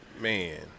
Man